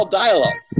dialogue